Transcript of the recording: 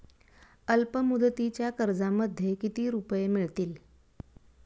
अल्पमुदतीच्या कर्जामध्ये किती रुपये मिळतील?